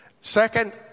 Second